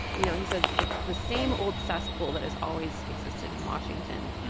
you know, he says it's the same old cesspool that has always existed in washington,